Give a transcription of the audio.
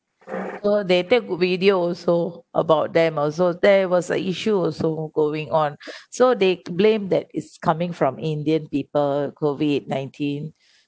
so they take video also about them also that was a issue also going on so they blame that it's coming from indian people COVID nineteen